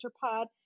Pod